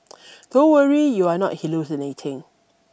don't worry you are not hallucinating